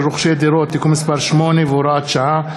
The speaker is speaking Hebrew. רוכשי דירות) (תיקון מס' 8 והוראת שעה),